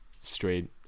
straight